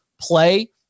play